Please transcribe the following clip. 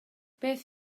beth